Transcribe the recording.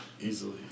Easily